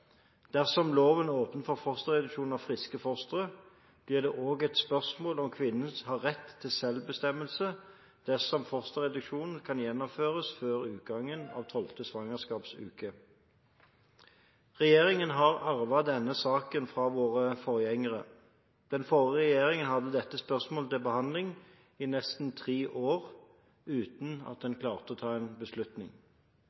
Dersom loven åpner for fosterreduksjon av friske fostre, blir det også et spørsmål om kvinnen har rett til selvbestemmelse dersom fosterreduksjonen kan gjennomføres før utgangen av 12. svangerskapsuke. Regjeringen har arvet denne saken fra våre forgjengere. Den forrige regjeringen hadde dette spørsmålet til behandling i nesten tre år uten at